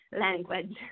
language